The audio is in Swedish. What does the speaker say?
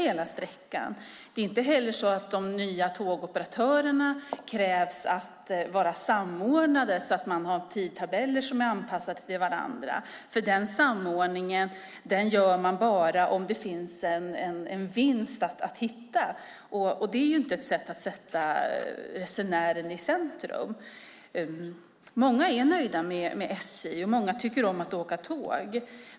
Det krävs inte heller att de nya tågoperatörerna ska vara samordnade så att de har tidtabeller som är anpassade till varandra. Den samordningen görs bara om det finns en vinst att hitta. Det är inte ett sätt att sätta resenären i centrum. Många är nöjda med SJ, och många tycker om att åka tåg.